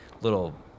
little